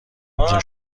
امضا